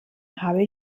habe